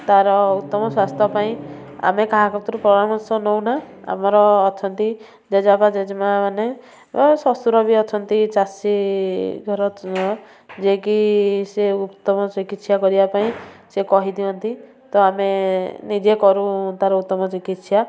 ତା'ର ଉତ୍ତମ ସ୍ୱାସ୍ଥ୍ୟ ପାଇଁ ଆମେ କାହା କତୁରୁ ପରାମର୍ଶ ନୋଉଁନା ଆମର ଅଛନ୍ତି ଜେଜେ ବାପା ଜେଜେ ମା ମାନେ ବା ଶ୍ଵଶୁର ବି ଅଛନ୍ତି ଚାଷୀ ଘର ଯେ କି ସେ ଉତ୍ତମ ଚିକିତ୍ସା କରିବା ପାଇଁ ସେ କହିଦିଅନ୍ତି ତ ଆମେ ନିଜେ କରୁଁ ତା'ର ଉତ୍ତମ ଚିକିତ୍ସା